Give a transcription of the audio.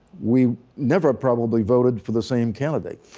we never probably voted for the same candidate,